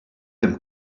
him